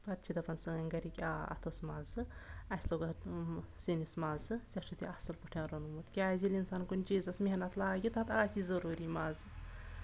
پَتہٕ چھِ دَپان سٲنۍ گَرِکۍ آ اَتھ اوس مَزٕ اَسہِ لوگ اتھ سِنِس مَزٕ ژےٚ چھُتھ یہِ اَصٕل پٲٹھۍ روٚنمُت کیازِ ییٚلہِ اِنسان کُنہِ چیٖزَس محنت لاگہِ تَتھ آسہِ ضروٗری مَزٕ